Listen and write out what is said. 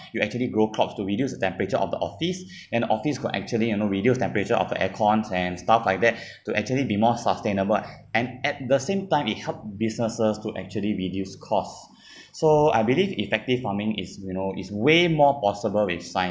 you actually grow crops to reduce the temperature of the office and the office could actually you know reduce temperature of the aircons and stuff like that to actually be more sustainable and at the same time it help businesses to actually reduce costs so I believe effective farming is you know is way more possible with science